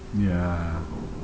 ya